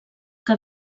que